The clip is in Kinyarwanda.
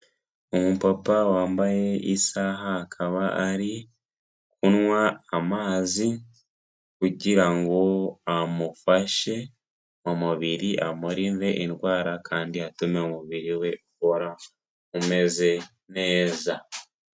Umupapa wambaye isaha akaba ari kunywa amazi, kugirango amufashe mu mubiri, amurinde indwara kandi atume umubiri we uhora umeze neza.